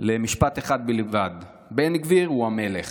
למשפט אחד בלבד: בן גביר הוא המלך.